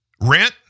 Rent